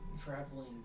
traveling